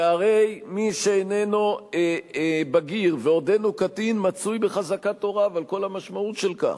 שהרי מי שאיננו בגיר ועודנו קטין מצוי בחזקת הוריו על כל המשמעות של כך,